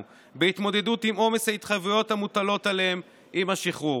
בהתמודדות עם עומס ההתחייבויות המוטלות עליהם עם השחרור.